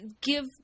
give